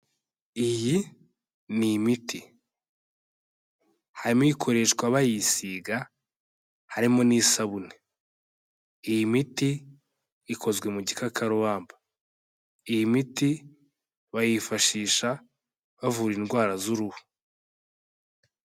Iyi ni imiti, harimo ikoreshwa bayisiga harimo n'isabune, iyi miti ikozwe mu gikakarubamba iyi miti bayifashisha bavura indwara z'uruhu.